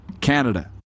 Canada